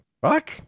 Fuck